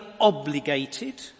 obligated